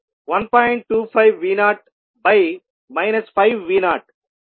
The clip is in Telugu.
25V0 5V0 0